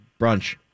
brunch